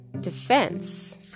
defense